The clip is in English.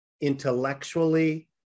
intellectually